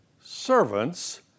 servants